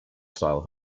style